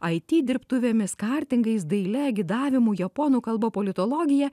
it dirbtuvėmis kartingais daile gidavimu japonų kalba politologija